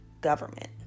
government